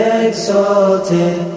exalted